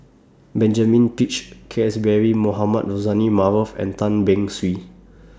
Benjamin Peach Keasberry Mohamed Rozani Maarof and Tan Beng Swee